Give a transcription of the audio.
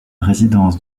résidence